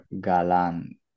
Galan